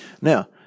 Now